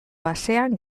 basean